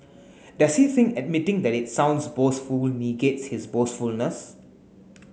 does he think admitting that it sounds boastful negates his boastfulness